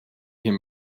him